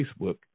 Facebook